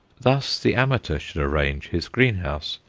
thus the amateur should arrange his greenhouse,